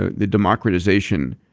ah the democratization,